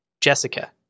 Jessica